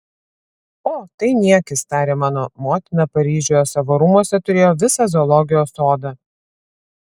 o tai niekis tarė mano motina paryžiuje savo rūmuose turėjo visą zoologijos sodą